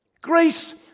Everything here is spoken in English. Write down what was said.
Grace